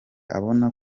abona